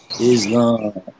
Islam